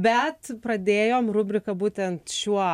bet pradėjom rubriką būtent šiuo